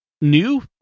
new